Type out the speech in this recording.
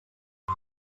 his